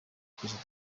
perezida